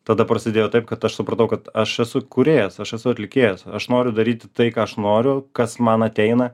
tada prasidėjo taip kad aš supratau kad aš esu kūrėjas aš esu atlikėjas aš noriu daryti tai ką aš noriu kas man ateina